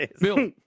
Bill